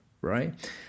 right